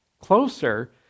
closer